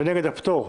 ונגד הפטור.